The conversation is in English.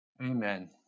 Amen